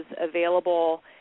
available